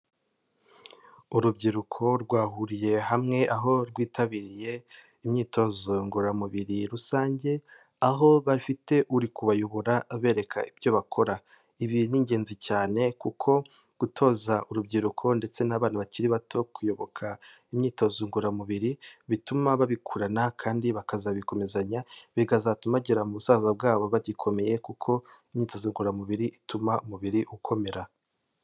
Urubyiruko rwahuriye hamwe aho rwitabiriye imyitozo ngororamubiri rusange, aho bafite uri kubayobora abereka ibyo bakora, ibi ni ingenzi cyane kuko gutoza urubyiruko ndetse n'abana bakiri bato kuyoboka imyitozo ngororamubiri bituma babikurana kandi bakazabikomezanya, bikazatuma bagera mu busaza bwabo bagikomeye kuko imyitozo ngororamubiri ituma umubiri ukomera.